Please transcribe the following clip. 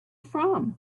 from